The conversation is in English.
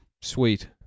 Sweet